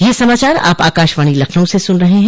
ब्रे क यह समाचार आप आकाशवाणी लखनऊ से सुन रहे हैं